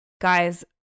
Guys